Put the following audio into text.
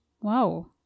Wow